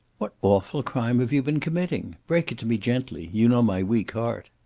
what awful crime have you been committing? break to me gently. you know my weak heart.